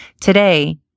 Today